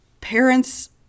parents